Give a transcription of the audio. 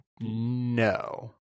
No